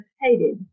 hated